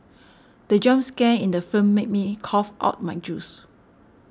the jump scare in the film made me cough out my juice